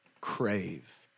crave